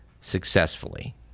successfully